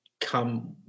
come